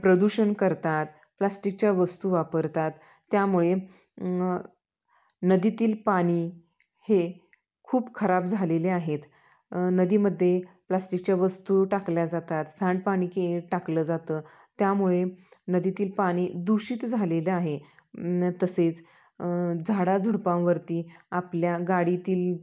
प्रदूषण करतात प्लास्टिकच्या वस्तू वापरतात त्यामुळे नदीतील पाणी हे खूप खराब झालेले आहेत नदीमध्ये प्लास्टिकच्या वस्तू टाकल्या जातात सांडपाणी केर टाकलं जातं त्यामुळे नदीतील पाणी दूषित झालेलं आहे तसेच झाडाझुडपांवरती आपल्या गाडीतील